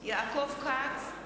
יעקב כץ,